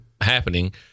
happening